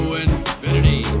infinity